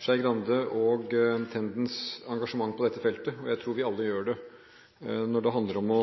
Skei Grande og Tendens engasjement på dette feltet. Jeg tror vi alle gjør det når det handler om å